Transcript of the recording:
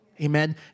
Amen